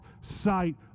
sight